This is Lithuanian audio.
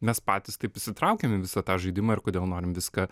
mes patys taip įsitraukiam į visą tą žaidimą ir kodėl norim viską